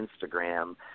Instagram